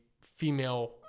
female